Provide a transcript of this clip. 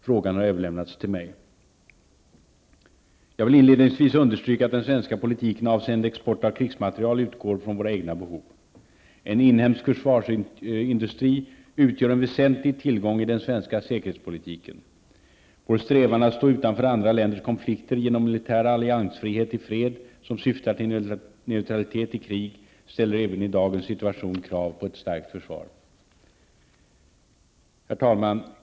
Frågan har överlämnats till mig. Jag vill inledningsvis understryka att den svenska politiken avseende export av krigsmateriel utgår från våra egna behov. En inhemsk försvarsindustri utgör en väsentlig tillgång i den svenska säkerhetspolitiken. Vår strävan att stå utanför andra länders konflikter genom militär alliansfrihet i fred, som syftar till neutralitet i krig, ställer även i dagens situation krav på ett starkt försvar. Herr talman!